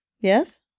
Yes